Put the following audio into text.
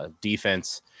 defense